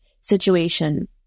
situation